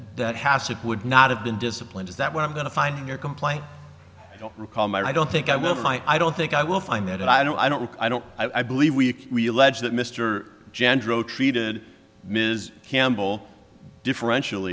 that has it would not have been disciplined is that what i'm going to find in your complaint i don't recall my i don't think i will fight i don't think i will find that i don't i don't i don't i believe we are legit that mr jan drove treated ms campbell differential